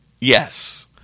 Yes